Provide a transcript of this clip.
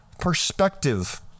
perspective